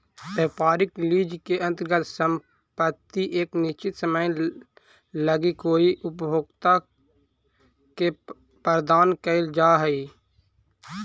व्यापारिक लीज के अंतर्गत संपत्ति एक निश्चित समय लगी कोई उपभोक्ता के प्रदान कईल जा हई